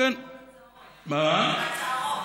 הצהרות.